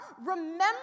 Remember